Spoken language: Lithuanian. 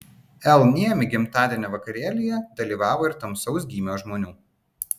l niemi gimtadienio vakarėlyje dalyvavo ir tamsaus gymio žmonių